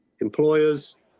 employers